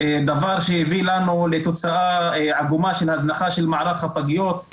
דבר שהביא לנו לתוצאה עגומה של הזנחה של מערך הפגיות,